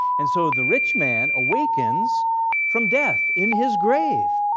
and so the rich man awakens from death in his grave.